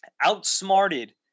outsmarted